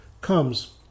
comes